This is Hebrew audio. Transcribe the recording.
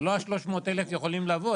זה לא ה- 300,00 יכולים לבוא,